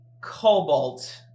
Cobalt